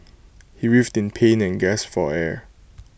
he writhed in pain and gasped for air